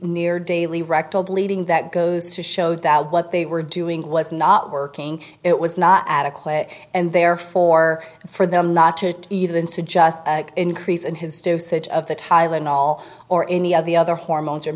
bleeding that goes to show that what they were doing was not working it was not adequate and therefore for them not to even suggest increase in his dosage of the tylenol or any of the other hormones